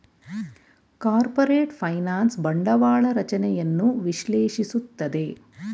corporate finance ಬಂಡವಾಳ ರಚನೆಯನ್ನು ವಿಶ್ಲೇಷಿಸುತ್ತದೆ